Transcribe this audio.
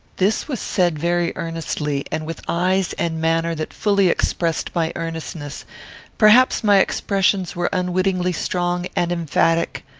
this was said very earnestly, and with eyes and manner that fully expressed my earnestness perhaps my expressions were unwittingly strong and emphatic,